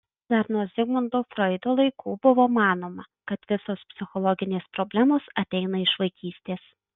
dar nuo zigmundo froido laikų buvo manoma kad visos psichologinės problemos ateina iš vaikystės